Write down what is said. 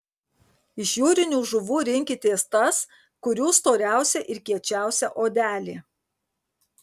iš jūrinių žuvų rinkitės tas kurių storiausia ir kiečiausia odelė